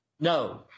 no